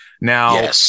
Now